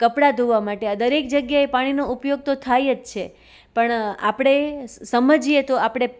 કપડાં ધોવા માટે આ દરેક જગ્યાએ પાણીનો ઉપયોગ તો થાય જ છે પણ આપણે સમજીએ તો આપણે